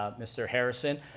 ah mr. harrison,